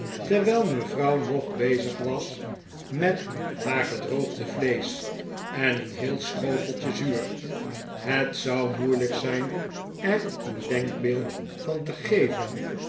terwijl mevrouw nog bezig was met haar gedroogde vleesch en j een heel schoteltje zuur het zou moeilijk zijn er een denkbeeld van te geven